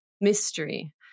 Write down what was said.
mystery